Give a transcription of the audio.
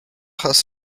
has